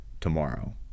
tomorrow